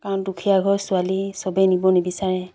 কাৰণ দুখীয়া ঘৰৰ ছোৱালী চবেই নিব নিবিচাৰে